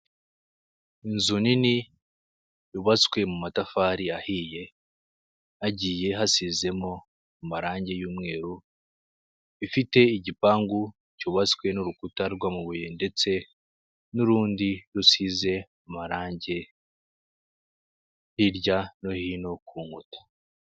inzu nini yubatswe mu matafari ahiye, hagiye hasizemo amarangi y'umweru, ifite igipangu cyubatswe n'urukuta rw'amabuye ndetse n'urundi rusize amarangi hirya no hino ku nkota.